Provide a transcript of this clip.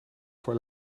voor